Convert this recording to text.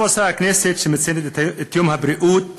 טוב עושה הכנסת שהיא מציינת את יום הבריאות,